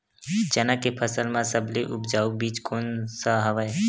चना के फसल म सबले उपजाऊ बीज कोन स हवय?